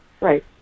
right